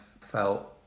felt